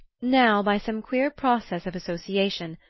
now, by some queer process of association,